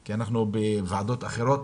כי אנחנו בוועדות אחרות,